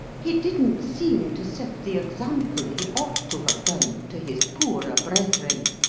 he didn't seem to set the example he ought to have done to his poorer brethren.